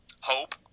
Hope